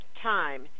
time